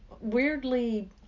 weirdly